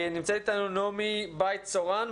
נמצאת איתנו נעמי בייט-צורן,